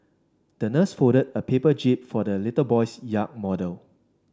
the nurse folded a paper jib for the little boy's yacht model